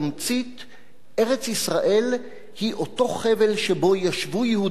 ארץ-ישראל היא אותו חבל שבו ישבו יהודים על אדמתם,